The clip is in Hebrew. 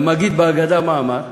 והמגיד בהגדה, מה אמר?